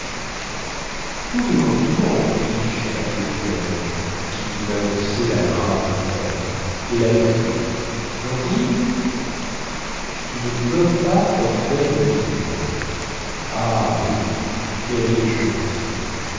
tous mes compliments fis-je à desflemmes qui mannonçait la grave nouvelle et la petite gentille tu ne peux pas ten faire une idée mon vieux ah oui quelle est gentille